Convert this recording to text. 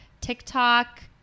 tiktok